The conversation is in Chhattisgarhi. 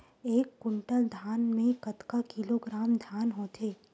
एक कुंटल धान में कतका किलोग्राम धान होथे?